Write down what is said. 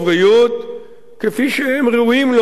כפי שהם ראויים להם כאזרחי ישראל.